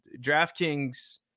DraftKings